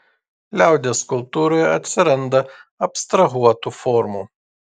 liaudies skulptūroje atsiranda abstrahuotų formų